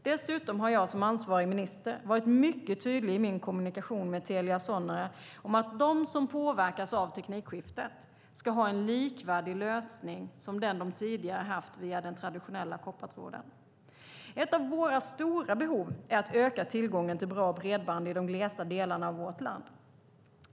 Dessutom har jag som ansvarig minister varit mycket tydlig i min kommunikation med Telia Sonera om att de som påverkas av teknikskiftet ska ha en likvärdig lösning som den de tidigare haft via den traditionella koppartråden. Vi har ett stort behov av att öka tillgången till bra bredband i de glesa delarna av vårt land.